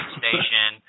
station